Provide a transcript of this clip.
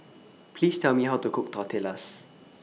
Please Tell Me How to Cook Tortillas